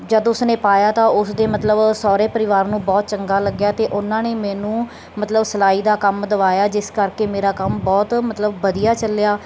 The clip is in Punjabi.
ਜਦ ਉਸਨੇ ਪਾਇਆ ਤਾਂ ਉਸਦੇ ਮਤਲਬ ਸਹੁਰੇ ਪਰਿਵਾਰ ਨੂੰ ਬਹੁਤ ਚੰਗਾ ਲੱਗਿਆ ਅਤੇ ਉਹਨਾਂ ਨੇ ਮੈਨੂੰ ਮਤਲਬ ਸਿਲਾਈ ਦਾ ਕੰਮ ਦਵਾਇਆ ਜਿਸ ਕਰਕੇ ਮੇਰਾ ਕੰਮ ਬਹੁਤ ਮਤਲਬ ਵਧੀਆ ਚੱਲਿਆ